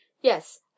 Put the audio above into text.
Yes